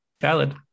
valid